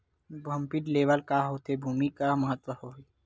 Dumpy level का खेती भुमि म का महत्व हावे?